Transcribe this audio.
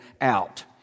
out